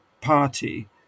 party